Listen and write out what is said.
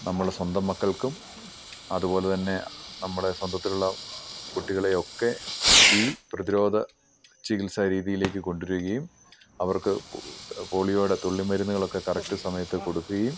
നമ്മൾ സ്വന്തം മക്കൾക്കും അതുപോലെ തന്നെ നമ്മുടെ സ്വന്തത്തിലുള്ള കുട്ടികളെ ഒക്കെ ഈ പ്രതിരോധ ചികിത്സാ രീതിയിലേക്ക് കൊണ്ട് വരുകയും അവർക്ക് പോളിയോടെ തുള്ളി മരുന്നുകൾ ഒക്കെ കറക്റ്റ് സമയത്ത് കൊടുക്കുകേം